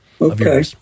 Okay